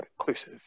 inclusive